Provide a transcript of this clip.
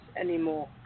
anymore